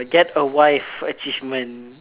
get a wife achievement